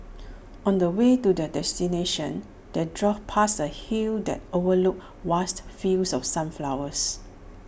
on the way to their destination they drove past A hill that overlooked vast fields of sunflowers